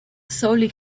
solely